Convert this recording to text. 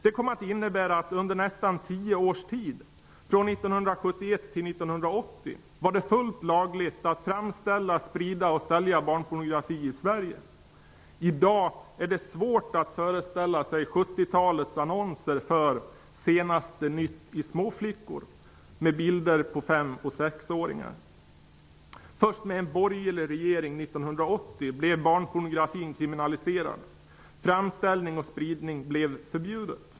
Det kom att innebära att under nästan tio års tid, från 1971 till 1980, var det fullt lagligt att framställa, sprida och sälja barnpornografi i Sverige. I dag är det svårt att föreställa sig 1970-talets annonser för Först med en borgerlig regering 1980 blev barnpornografin kriminaliserad. Framställning och spridning blev förbjuden.